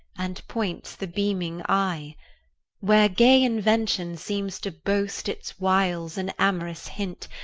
and points the beaming eye where gay invention seems to boast its wiles in amorous hint,